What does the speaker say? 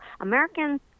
Americans